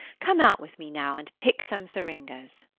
come out with me now and pick some syringas.